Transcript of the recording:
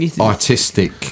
artistic